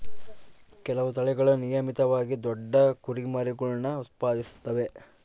ಕೆಲವು ತಳಿಗಳು ನಿಯಮಿತವಾಗಿ ದೊಡ್ಡ ಕುರಿಮರಿಗುಳ್ನ ಉತ್ಪಾದಿಸುತ್ತವೆ